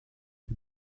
ces